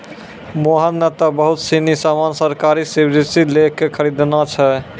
मोहन नं त बहुत सीनी सामान सरकारी सब्सीडी लै क खरीदनॉ छै